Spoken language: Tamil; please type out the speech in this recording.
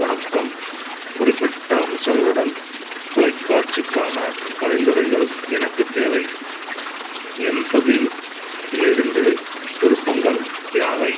வணக்கம் குறிப்பிட்ட அம்சங்களுடன் தொலைக்காட்சிக்கான பரிந்துரைகள் எனக்கு தேவை இன்ஃபபீம் இலிருந்து விருப்பங்கள் யாவை